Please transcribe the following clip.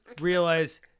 realize